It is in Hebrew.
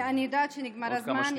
אני יודעת שנגמר הזמן.